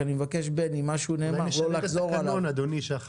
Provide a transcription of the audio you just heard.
אני רק מבקש שאם משהו נאמר, לא לחזור עליו שוב.